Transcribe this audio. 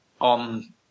on